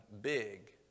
big